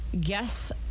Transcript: guess